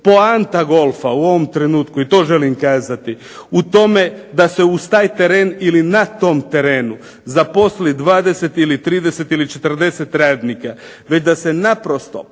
poanta golfa u ovom trenutku, i to želim kazati, u tome da se uz taj teren ili na tom terenu zaposli 20 i li 30 ili 40 radnika već da se naprosto